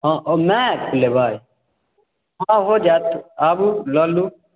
हँ ओ मैथ लेबै हँ हो जायत आबु लऽ लू